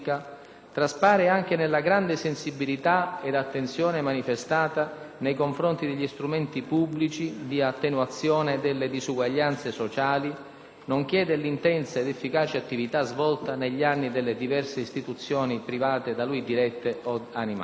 traspare anche nella grande sensibilità ed attenzione manifestate nei confronti degli strumenti pubblici di attenuazione delle disuguaglianze sociali nonché nell'intensa ed efficace attività svolta negli anni dalle diverse istituzioni private da lui dirette od animate.